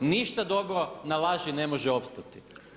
Ništa dobro na laži ne može opstati.